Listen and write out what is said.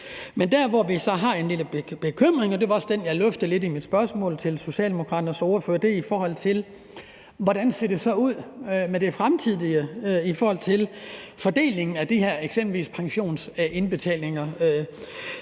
Men der, hvor vi så har en lille bekymring – og det var også den, jeg luftede lidt i mit spørgsmål til Socialdemokraternes ordfører – er, med hensyn til hvordan det så ser ud i fremtiden i forhold til fordelingen af eksempelvis de her pensionsindbetalinger